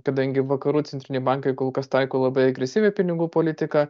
kadangi vakarų centriniai bankai kol kas taiko labai agresyvią pinigų politiką